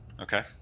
Okay